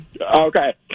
Okay